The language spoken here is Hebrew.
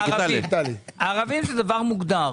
ערבים זה דבר מוגדר.